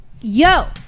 Yo